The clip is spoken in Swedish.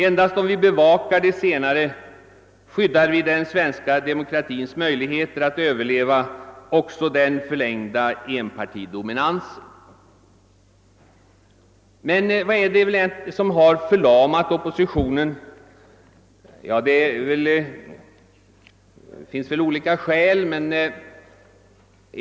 Endast om vi bevarar de senare skyddar vi den svenska demokratins möjligheter att överleva också den förlängda enpartidominansen.> Vad är det som har förlamat oppositionen? Det finns väl olika skäl för det.